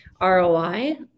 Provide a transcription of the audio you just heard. roi